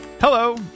Hello